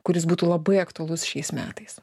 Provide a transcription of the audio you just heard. kuris būtų labai aktualus šiais metais